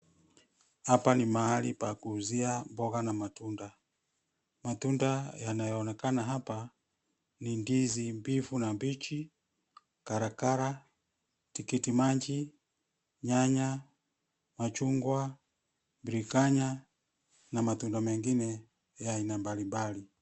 Hapa ni mahali pa kuuzia mboga na matunda. Matunda yanayoonekana hapa ni ndizi mbivu na mbichi, karakara, tikiti maji ,nyanya, machungwa, biringanya na matunda mengine ya aina mbalimbali.